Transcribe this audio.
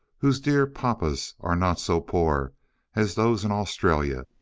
whose dear papas are not so poor as those in australia,